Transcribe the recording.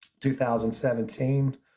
2017